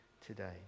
today